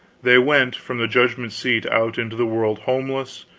they went from the judgment seat out into the world homeless,